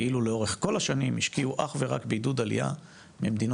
כאילו לאורך כל השנים השקיעו אך ורק בעידוד עלייה ממדינות